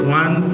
one